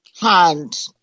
hand